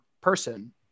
person